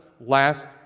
last